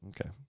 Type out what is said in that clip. Okay